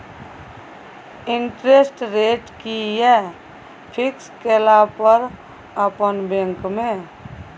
Interest rate कि ये fix केला पर अपन बैंक में?